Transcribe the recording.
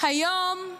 היום הוא